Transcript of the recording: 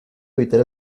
evitar